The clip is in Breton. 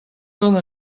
gant